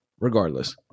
Regardless